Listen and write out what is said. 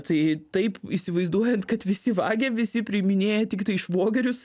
tai taip įsivaizduojant kad visi vagia visi priiminėja tiktai švogerius